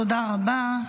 תודה רבה.